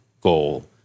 goal